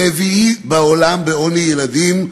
רביעי בעולם בעוני ילדים,